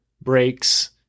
breaks